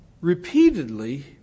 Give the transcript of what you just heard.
repeatedly